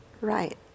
Right